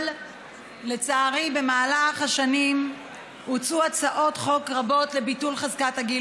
אבל לצערי במהלך השנים הוצעו הצעות חוק רבות לביטול חזקת הגיל